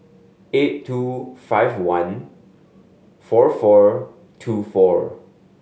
eight two five one four four two four